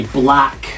black